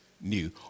new